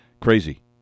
crazy